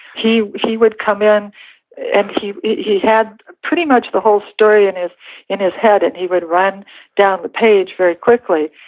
he he would come in and he he had pretty much the whole story in his in his head and he would run down the page very quickly,